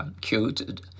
cute